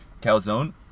Calzone